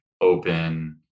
open